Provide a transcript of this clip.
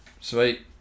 sweet